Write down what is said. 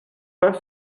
pas